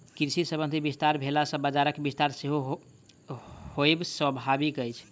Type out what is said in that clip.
कृषि संबंधी विस्तार भेला सॅ बजारक विस्तार सेहो होयब स्वाभाविक अछि